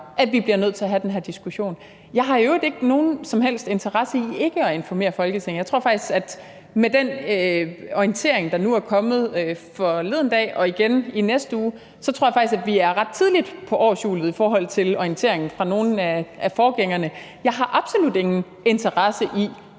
at vi bliver nødt til at have den her diskussion. Jeg har i øvrigt ikke nogen som helst interesse i ikke at informere Folketinget. Jeg tror faktisk, at med den orientering, der nu er kommet forleden dag, og som vil komme igen i næste ude, er vi ret tidligt på årshjulet i forhold til orienteringen fra nogle af forgængerne. Jeg har absolut ingen interesse i,